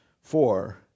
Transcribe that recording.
Four